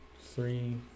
Three